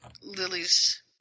Lily's